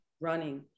running